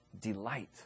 delight